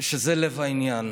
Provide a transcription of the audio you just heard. שזה לב העניין.